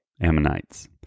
Ammonites